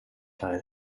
teil